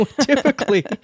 typically